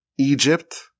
Egypt